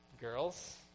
Girls